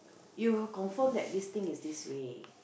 you confirm that this thing is this way